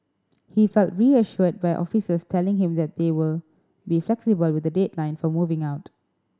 he felt reassured by officers telling him that they will be flexible with the deadline for moving out